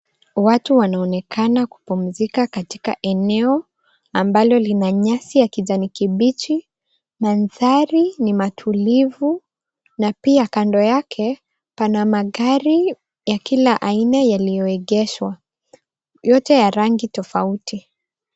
Watu wanaonekana kupumzika katika eneo ambalo lina nyasi ya kijani kibichi, mandhari ni matulivu na pia kando yake pana magari ya kila aina yaliyoegeshwa. Yote ya rangi tofauti.